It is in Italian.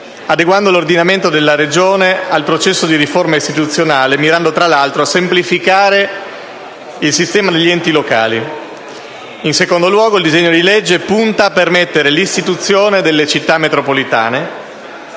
adeguando l'ordinamento della Regione al processo di riforma istituzionale, mirando, tra l'altro, a semplificare il sistema degli enti locali. In secondo luogo, il disegno di legge punta a permettere l'istituzione delle Città metropolitane,